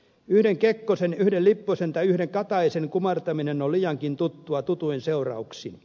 yhden kekkosen yhden lipposen tai yhden kataisen kumartaminen on liiankin tuttua tutuin seurauksin